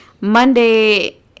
Monday